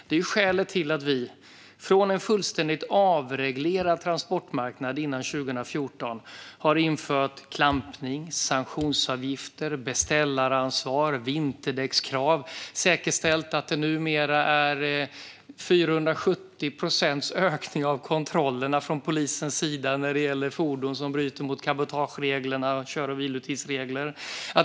Detta är skälet till att vi, från att ha haft en fullständigt avreglerad transportmarknad före 2014, har infört klampning, sanktionsavgifter, beställaransvar och vinterdäckskrav och säkerställt att det skett en ökning med 470 procent av kontrollerna från polisens sida när det gäller fordon som bryter mot cabotageregler och kör och vilotidsregler.